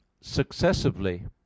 successively